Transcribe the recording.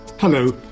Hello